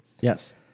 Yes